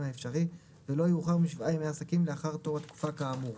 האפשרי ולא יאוחר משבעה ימי עסקים לאחר תום התקופה כאמור.